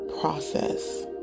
process